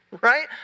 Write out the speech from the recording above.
right